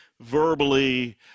verbally